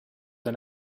and